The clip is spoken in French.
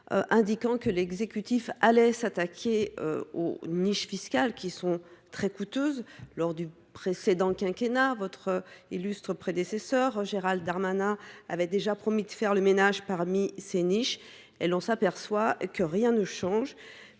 indiquant que l’exécutif s’apprête à s’attaquer aux niches, qui sont très coûteuses. Lors du précédent quinquennat, votre illustre prédécesseur, Gérald Darmanin, avait déjà promis de faire le ménage. Nous nous apercevons que rien ne change.